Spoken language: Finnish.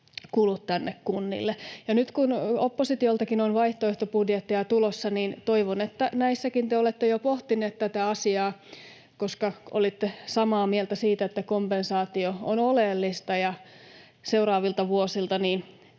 kulut kunnille. Ja nyt, kun oppositioltakin on vaihtoehtobudjetteja tulossa, toivon, että niissäkin te olette jo pohtineet tätä asiaa, koska olette samaa mieltä siitä, että kompensaatio on oleellista, ja seuraaville vuosille